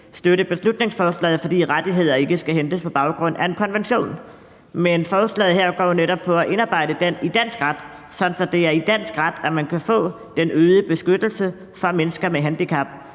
støtte beslutningsforslaget, fordi rettigheder ikke skal hentes på baggrund af en konvention. Men forslaget her går jo netop på at indarbejde den i dansk ret, sådan at det er i dansk ret, at man kan få den øgede beskyttelse for mennesker med handicap.